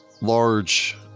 Large